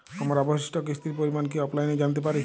আমার অবশিষ্ট কিস্তির পরিমাণ কি অফলাইনে জানতে পারি?